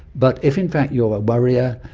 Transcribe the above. but if in fact you are worrier,